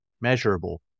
measurable